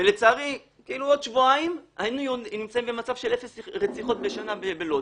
עוד שבועיים אני במצב של אפס רציחות בשנה בלוד.